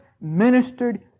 ministered